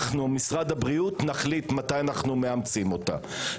אנו משרד הבריאות נחליט מתי אנו מאמצים אותה.